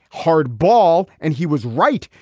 hard ball. and he was right.